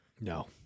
No